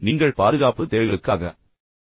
நீங்கள் பாதுகாப்பு தேவைகளுக்காக செல்கிறீர்கள்